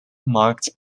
marked